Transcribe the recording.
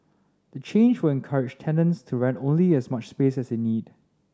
the change will encourage tenants to rent only as much space as they need